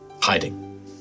hiding